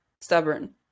stubborn